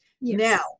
Now